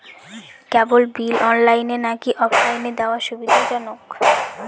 কেবল bill অনলাইনে নাকি অফলাইনে দেওয়া সুবিধাজনক?